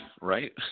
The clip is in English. right